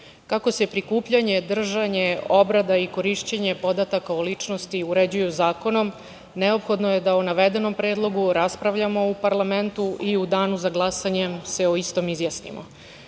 se prikupljanje, držanje, obrada i korišćenje podataka o ličnosti uređuju zakonom, neophodno je da o navedenom predlogu raspravljamo u parlamentu i u Danu za glasanje se o istom izjasnimo. Predlogom